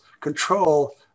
control